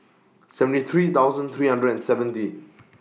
seventy three thousand three hundred and seventy